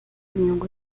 língua